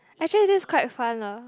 actually this is quite fun lah